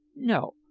no.